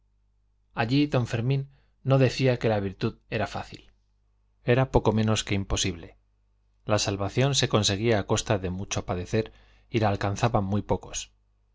allí don fermín no decía que la virtud era fácil era poco menos que imposible la salvación se conseguía a costa de mucho padecer y la alcanzaban muy pocos